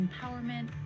empowerment